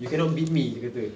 you cannot beat me dia kata